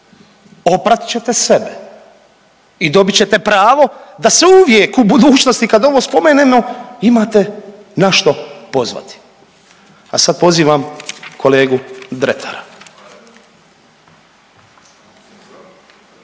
oprat ćete sebe i dobit ćete pravo da se uvijek u budućnosti kad ovo spomenemo imate na što pozvati. A sad pozivam kolegu Dretara.